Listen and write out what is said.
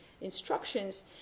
instructions